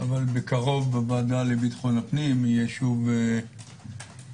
אבל בקרוב בוועדה לביטחון הפנים יהיה שוב דיון.